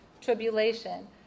tribulation